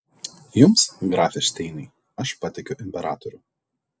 jums grafe šteinai aš patikiu imperatorių